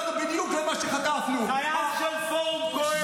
אתה מדבר מהגרון של פורום קהלת.